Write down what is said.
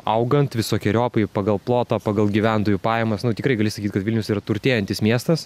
augant visokeriopai pagal plotą pagal gyventojų pajamas nu tikrai gali sakyt kad vilnius yra turtėjantis miestas